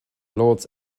lords